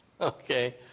Okay